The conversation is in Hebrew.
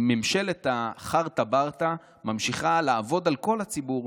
ממשלת החרטא ברטא ממשיכה לעבוד על כל הציבור,